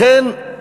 לכן,